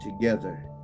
together